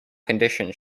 condition